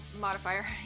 modifier